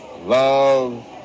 love